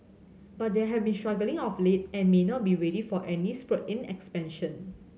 but they have been struggling of late and may not be ready for any spurt in expansion